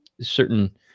certain